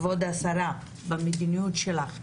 כבוד השרה במדיניות שלך,